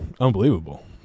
unbelievable